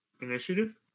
Initiative